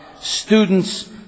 students